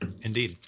indeed